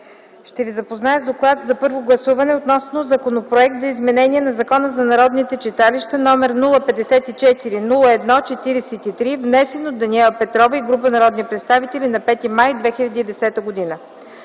Ще Ви запозная с: „ДОКЛАД за първо гласуване относно Законопроект за изменение на Закона за народните читалища, № 054-01-43, внесен от Даниела Петрова и група народни представители на 5 май 2010 г.